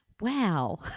wow